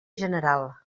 general